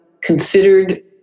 considered